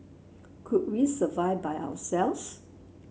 could we survive by ourselves